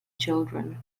children